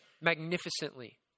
magnificently